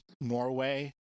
Norway